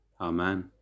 Amen